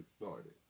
started